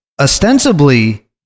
ostensibly